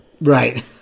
Right